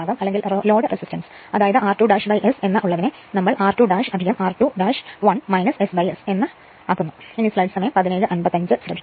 അതായത് r2S എന്ന് ഉള്ളതിനെ നമ്മൾ r2 r2 1 SS എന്ന് ആക്കി മാറ്റുന്നു